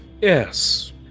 Yes